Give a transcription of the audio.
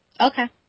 Okay